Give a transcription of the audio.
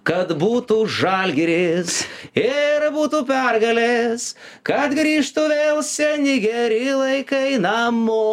kad būtų žalgiris ir būtų pergalės kad grįžtų vėl seni geri laikai namo